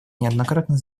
неоднократно